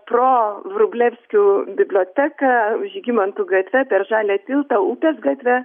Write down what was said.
pro vrublevskių biblioteką žygimantų gatve per žalią tiltą upės gatve